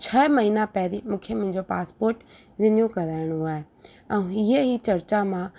छह महीना पहिरीं मूंखे मुंहिंजो पासपोट रिन्यू कराइणो आहे ऐं इहा ई चर्चा मां